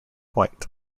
white